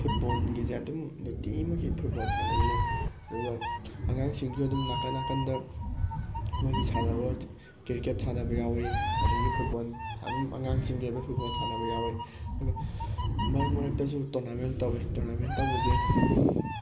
ꯐꯨꯠꯕꯣꯜꯒꯤꯁꯦ ꯑꯗꯨꯝ ꯅꯨꯡꯇꯤꯃꯒꯤ ꯐꯨꯠꯕꯣꯜ ꯁꯥꯟꯅꯩꯌꯦ ꯑꯗꯨꯒ ꯑꯉꯥꯡꯁꯤꯡꯁꯨ ꯑꯗꯨꯝ ꯅꯥꯀꯟ ꯅꯥꯀꯟꯗ ꯃꯣꯏꯒꯤ ꯁꯥꯟꯅꯕ ꯀ꯭ꯔꯤꯛꯀꯦꯠ ꯁꯥꯟꯅꯕ ꯌꯥꯎꯋꯤ ꯑꯗꯒꯤ ꯐꯨꯠꯕꯣꯜ ꯑꯗꯨꯝ ꯑꯉꯥꯡꯁꯤꯡꯒꯤ ꯑꯣꯏꯕ ꯐꯨꯠꯕꯣꯜ ꯁꯥꯟꯅꯕ ꯌꯥꯎꯋꯤ ꯑꯗꯣ ꯃꯔꯛ ꯃꯔꯛꯇꯁꯨ ꯇꯣꯔꯅꯥꯃꯦꯟ ꯇꯧꯋ ꯇꯣꯔꯅꯥꯃꯦꯟ ꯇꯧꯕꯁꯤ